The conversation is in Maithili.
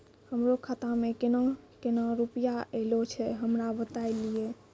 हमरो खाता मे केना केना रुपैया ऐलो छै? हमरा बताय लियै?